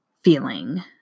feeling